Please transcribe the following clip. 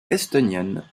estonienne